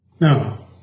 No